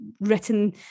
written